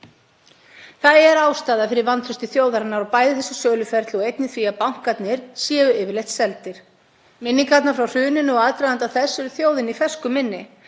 Það er ástæða fyrir vantrausti þjóðarinnar, bæði gagnvart þessu söluferli og einnig því að bankarnir séu yfirleitt seldir. Minningarnar frá hruninu og aðdraganda þess eru þjóðinni í fersku minni